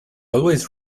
always